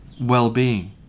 well-being